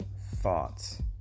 thoughts